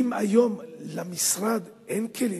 אם היום למשרד אין כלים,